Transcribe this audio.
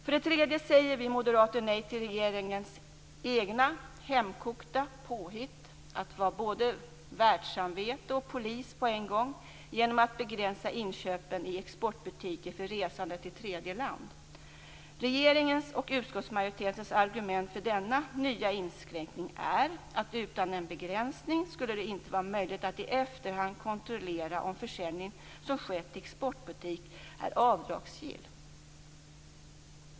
För det tredje säger vi moderater nej till regeringens egna hemkokta påhitt - man är världssamvete och polis på samma gång - att begränsa inköpen i exportbutiker för resande till tredje land. Regeringens och utskottsmajoritetens argument för denna nya inskränkning är att det utan en begränsning inte skulle vara möjligt att i efterhand kontrollera om försäljning som skett i exportbutik är avdragsgill.